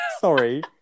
Sorry